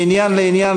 מעניין לעניין,